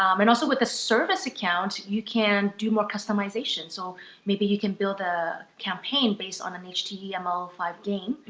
um and also with the service account, you can do more customization. so maybe you can build a campaign based on an h t m l five game,